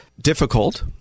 difficult